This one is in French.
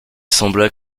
sembla